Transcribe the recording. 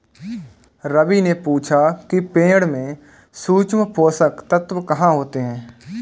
रवि ने पूछा कि पेड़ में सूक्ष्म पोषक तत्व कहाँ होते हैं?